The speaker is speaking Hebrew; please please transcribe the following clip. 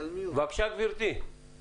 אני רוצה רק לדייק